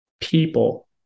people